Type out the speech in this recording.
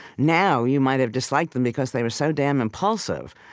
now you might have disliked them because they were so damned impulsive,